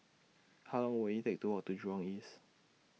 How Long Will IT Take to Walk to Jurong East